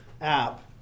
app